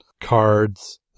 cards